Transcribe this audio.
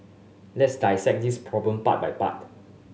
let's dissect this problem part by part